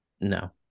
No